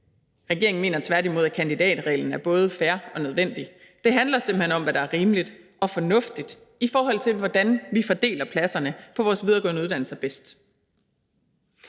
Regeringen mener tværtimod, at kandidatreglen er både fair og nødvendig. Det handler simpelt hen om, hvad der er rimeligt og fornuftigt, i forhold til hvordan vi bedst fordeler pladserne på vores videregående uddannelser.